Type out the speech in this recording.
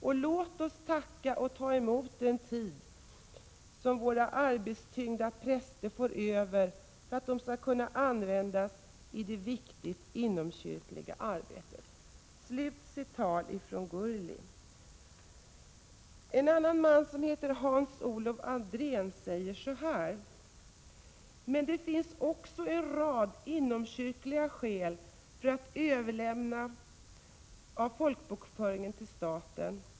——— Och låt oss tacka och ta emot den tid som våra arbetstyngda präster får över för att tiden skall kunna användas i det viktiga inomkyrkliga arbetet.” Ett annat ombud, Hans-Olof Andrén, sade så här: ”Men det finns också en rad inomkyrkliga skäl för ett överlämnande av folkbokföringen till staten.